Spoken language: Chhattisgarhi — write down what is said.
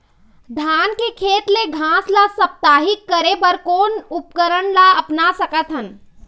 धान के खेत ले घास ला साप्ताहिक करे बर कोन उपकरण ला अपना सकथन?